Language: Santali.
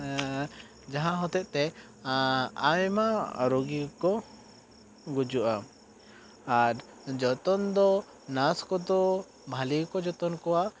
ᱡᱟᱦᱟᱸ ᱦᱚᱛᱮᱜ ᱛᱮ ᱟᱭᱢᱟ ᱨᱚᱜᱤ ᱭᱠᱚ ᱜᱩᱡᱩᱜᱼᱟ ᱟᱨ ᱡᱚᱛᱚᱱ ᱫᱚ ᱱᱟᱨᱥ ᱠᱚᱫᱚ ᱵᱷᱟᱹᱞᱤ ᱜᱮᱠᱚ ᱡᱚᱛᱚᱱ ᱠᱚᱣᱟ